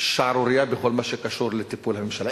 שערורייה בכל מה שקשור לטיפול הממשלה.